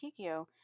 Kikyo